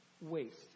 waste